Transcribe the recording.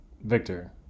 Victor